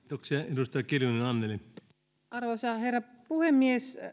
arvoisa herra puhemies